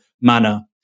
manner